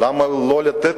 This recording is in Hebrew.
למה לא לתת